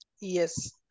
yes